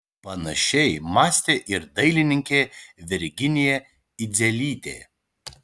panašiai mąstė ir dailininkė virginija idzelytė